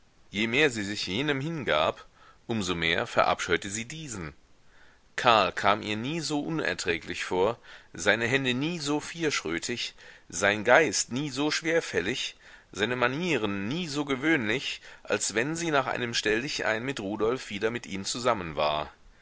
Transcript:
je mehr sie sich jenem hingab um so mehr verabscheute sie diesen karl kam ihr nie so unerträglich vor seine hände nie so vierschrötig sein geist nie so schwerfällig seine manieren nie so gewöhnlich als wenn sie nach einem stelldichein mit rudolf wieder mit ihm zusammen war